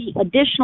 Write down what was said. additional